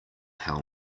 how